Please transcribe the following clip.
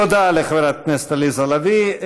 תודה לחברת הכנסת עליזה לביא.